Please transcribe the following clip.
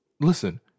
Listen